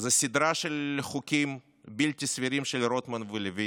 זאת סדרה של חוקים בלתי סבירים של רוטמן ולוין: